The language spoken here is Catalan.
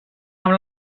amb